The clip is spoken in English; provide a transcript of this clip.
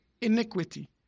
iniquity